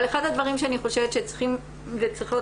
אבל אחד הדברים שאני חושבת שצריכים וצריכות